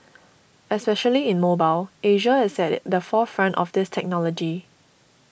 especially in mobile Asia is at the forefront of this technology